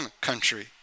country